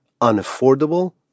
unaffordable